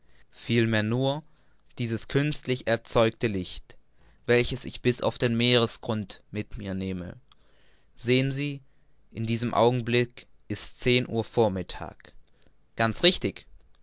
vielmehr nur dieses künstlich erzeugte licht welches ich bis auf den meeresgrund mit mir nehme sehen sie in diesem augenblick ist's zehn uhr vormittags ganz richtig